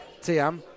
Tiam